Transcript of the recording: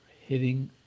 Hitting